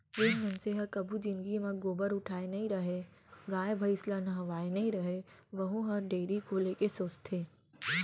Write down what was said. जेन मनसे ह कभू जिनगी म गोबर उठाए नइ रहय, गाय भईंस ल नहवाए नइ रहय वहूँ ह डेयरी खोले के सोचथे